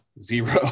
Zero